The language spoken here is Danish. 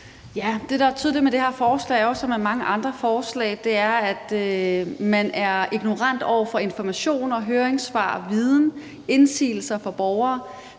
Det, der er tydeligt med det her forslag og også med mange andre forslag, er, at man ignorerer information, høringssvar, viden og indsigelser fra borgere,